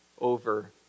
over